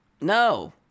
No